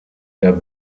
der